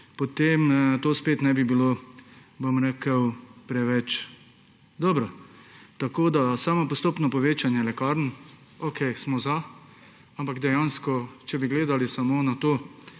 potem to spet ne bi bilo, bom rekel, preveč dobro. Tako da za samo postopno povečanje lekarn, okej, smo za. Ampak dejansko, če bi gledali samo na to,